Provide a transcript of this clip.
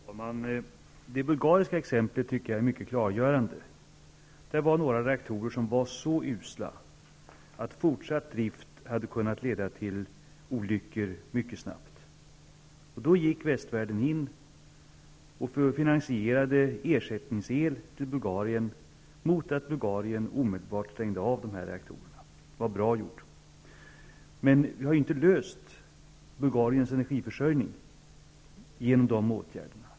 Herr talman! Jag tycker att det bulgariska exemplet är mycket klargörande. Där fanns det några reaktorer som var så usla att fortsatt drift mycket snabbt hade kunnat leda till olyckor. Då gick västvärlden in och finansierade ersättningsel till Bulgarien mot att Bulgarien omedelbart stängde av dessa reaktorer. Det var bra gjort. Vi har emellertid inte löst Bulgariens energiförsörjning genom dessa åtgärder.